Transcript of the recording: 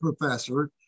professor